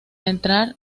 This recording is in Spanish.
entrar